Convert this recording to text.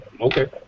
Okay